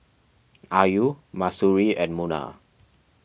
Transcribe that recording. Ayu Mahsuri and Munah